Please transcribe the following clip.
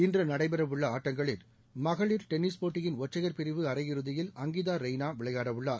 இன்று நடைபெறவுள்ள ஆட்டங்களில் மகளிர் டென்ளிஸ் போட்டியின் ஒற்றையர் பிரிவு அரையிறுதியில் அங்கிதா ரெய்னா விளையாடவுள்ளார்